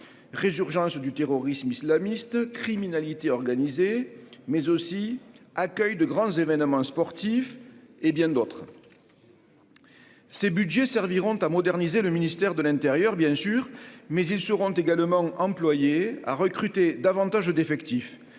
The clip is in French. résurgence du terrorisme islamiste, criminalité organisée mais aussi accueil de grands événements sportifs et bien d'autres. Ces Budgets serviront à moderniser le ministère de l'Intérieur, bien sûr, mais ils seront également employé à recruter davantage d'effectifs,